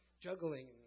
juggling